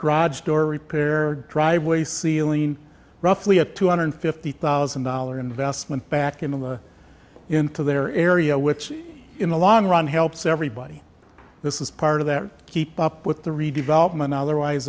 door repair driveway ceiling roughly a two hundred fifty thousand dollars investment back into the into their area which in the long run helps everybody this is part of that keep up with the redevelopment otherwise